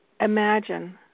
imagine